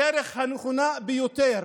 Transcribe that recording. הדרך הנכונה ביותר